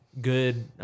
good